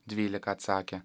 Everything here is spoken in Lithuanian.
dvylika atsakė